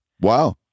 Wow